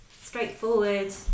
straightforward